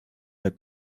der